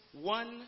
one